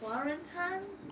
华人餐